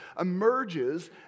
emerges